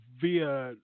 via